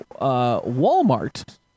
Walmart